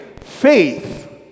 faith